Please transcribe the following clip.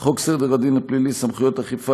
חוק סדר הדין הפלילי (סמכויות אכיפה,